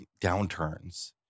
downturns